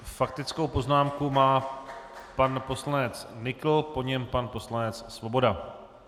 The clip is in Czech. Faktickou poznámku má pan poslanec Nykl, po něm pan poslanec Svoboda.